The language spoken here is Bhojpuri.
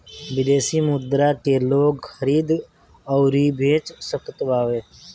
विदेशी मुद्रा के लोग खरीद अउरी बेच सकत हवे